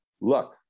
look